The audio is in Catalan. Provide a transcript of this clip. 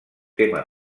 tema